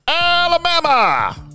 Alabama